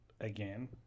again